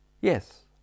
Yes